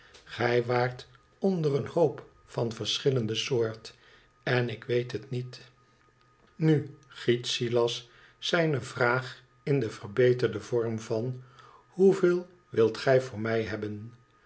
gij waart onder een hoop van verschillende soort en ik weet het niet na giet sillas zijne vraag in den verbeterden vorm van hoeveel wilt gij voor mij hebben